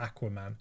aquaman